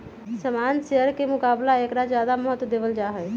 सामान्य शेयर के मुकाबला ऐकरा ज्यादा महत्व देवल जाहई